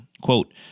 Quote